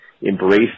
embrace